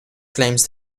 claims